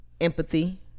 empathy